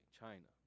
China